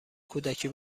کودکی